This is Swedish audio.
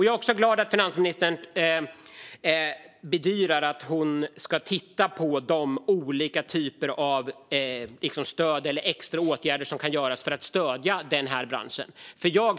Jag är också glad över att finansministern bedyrar att hon ska titta på de olika typer av stöd eller extra åtgärder som kan användas för att stödja branschen.